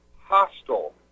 hostile